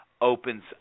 opens